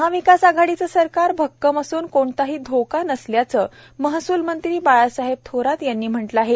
महाविकास आघाडीचं सरकार भक्कम असून कोणताही धोका नसल्याचं महसूल मंत्री बाळासाहेब थोरात यांनी म्हटलं आहे